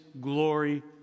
glory